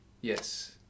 Yes